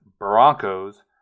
Broncos